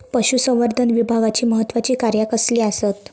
पशुसंवर्धन विभागाची महत्त्वाची कार्या कसली आसत?